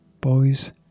Boys